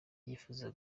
yifuza